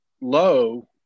low